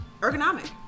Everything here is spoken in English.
Ergonomic